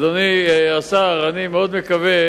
אדוני השר, אני מאוד מקווה